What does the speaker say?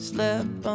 Slept